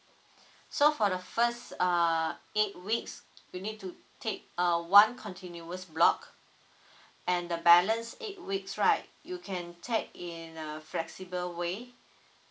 so for the first uh eight weeks you need to take err one continuous block and the balance eight weeks right you can take in a flexible way